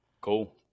Cool